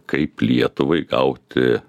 kaip lietuvai gauti